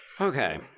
okay